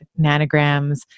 nanograms